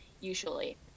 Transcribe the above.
usually